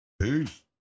Peace